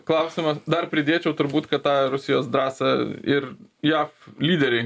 klausimas dar pridėčiau turbūt kad tą rusijos drąsą ir jav lyderiai